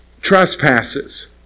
trespasses